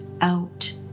out